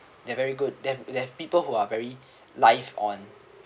they're very good they have they have people who are very live on